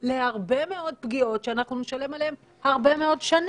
בריאות זה לא רק קורונה, מחלות זה לא רק קורונה.